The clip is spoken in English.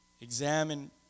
examine